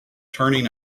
turning